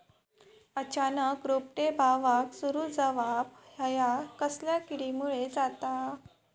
अचानक रोपटे बावाक सुरू जवाप हया कसल्या किडीमुळे जाता?